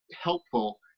helpful